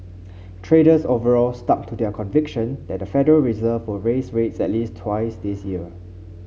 traders overall stuck to their conviction that the Federal Reserve will raise rates at least twice this year